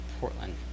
Portland